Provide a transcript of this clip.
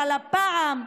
אבל הפעם,